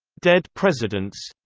dead presidents